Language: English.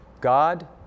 God